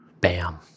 Bam